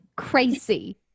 Crazy